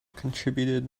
contributed